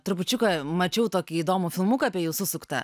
trupučiuką mačiau tokį įdomų filmuką apie jus susuktą